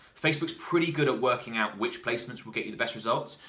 facebook's pretty good at working out which placements will get you the best results.